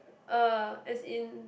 uh as in